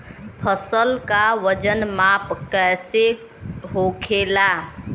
फसल का वजन माप कैसे होखेला?